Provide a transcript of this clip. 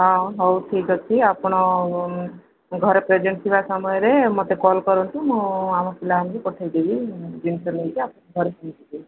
ହଁ ହଉ ଠିକ୍ ଅଛି ଆପଣ ଘରେ ପ୍ରେଜେଣ୍ଟ୍ ଥିବା ସମୟରେ ମତେ କଲ୍ କରନ୍ତୁ ମୁଁ ଆମ ପିଲାମାନଙ୍କୁ ପଠାଇ ଦେବି ଜିନିଷ ନେଇକି ଯିବେ